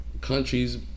countries